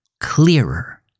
clearer